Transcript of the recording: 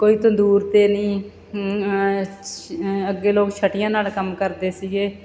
ਕੋਈ ਤੰਦੂਰ 'ਤੇ ਨਹੀਂ ਹਮ ਛ ਅੱਗੇ ਲੋਕ ਛਟੀਆਂ ਨਾਲ ਕੰਮ ਕਰਦੇ ਸੀਗੇ